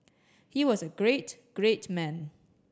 he was a great great man